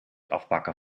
afpakken